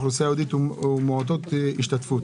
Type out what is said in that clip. אוכלוסייה יהודית ומעוטות השתתפות.